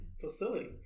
facility